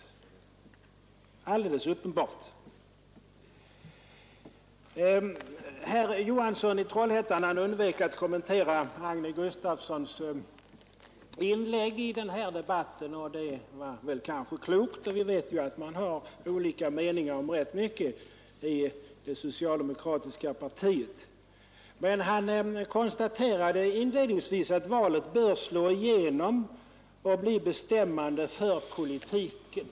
Det är alldeles uppenbart. Herr Johansson i Trollhättan undvek att kommentera Agne Gustafssons inlägg i denna fråga, som jag har refererat till. Det var kanske klokt. Vi vet ju att det råder olika meningar om rätt mycket inom det socialdemokratiska partiet. Men han konstaterade inledningsvis att valet bör slå igenom och bli bestämmande för politiken.